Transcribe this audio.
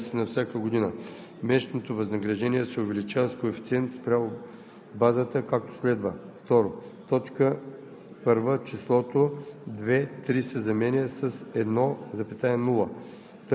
данни на Националния статистически институт, като се преизчислява ежегодно през първия месец на всяка година. Месечното възнаграждение се увеличава с коефициент спрямо базата, както следва:“.